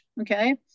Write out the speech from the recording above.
Okay